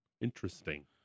Interesting